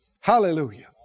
Hallelujah